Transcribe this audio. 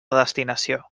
destinació